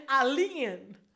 alien